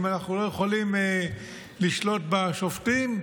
אם אנחנו לא יכולים לשלוט בשופטים,